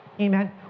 Amen